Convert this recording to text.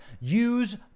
Use